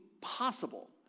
possible